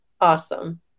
awesome